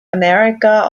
america